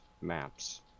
maps